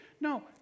No